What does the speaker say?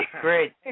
Great